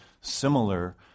similar